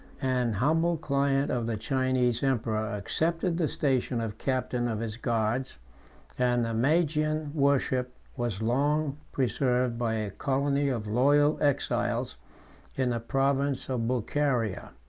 an humble client of the chinese emperor, accepted the station of captain of his guards and the magian worship was long preserved by a colony of loyal exiles in the province of bucharia.